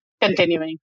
continuing